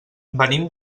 venim